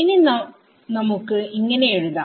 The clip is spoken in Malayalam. ഇനി ഇത് നമുക്ക് ഇങ്ങനെ എഴുതാം